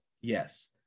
Yes